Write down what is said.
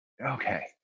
okay